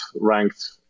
ranked